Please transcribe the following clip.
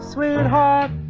Sweetheart